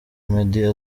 meddy